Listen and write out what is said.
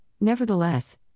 nevertheless